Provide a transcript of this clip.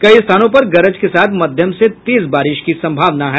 कई स्थानों पर गरज के साथ मध्यम से तेज बारिश की सम्भावना है